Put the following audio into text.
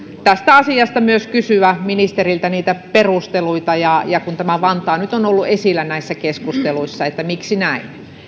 tästä asiasta kysyä ministeriltä niitä perusteluita kun tämä vantaa nyt on on ollut esillä näissä keskusteluissa että miksi näin